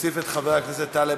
התשע"ה 2015,